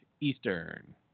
Eastern